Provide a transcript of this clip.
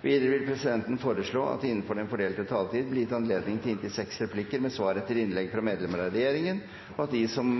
Videre vil presidenten foreslå at det innenfor den fordelte taletid blir gitt anledning til på inntil seks replikker med svar etter innlegg fra medlemmer av regjeringen, og at de som